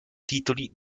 titoli